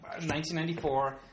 1994